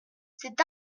cet